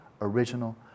original